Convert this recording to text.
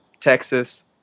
Texas